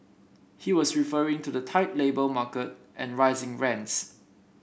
he was referring to the tight labour market and rising rents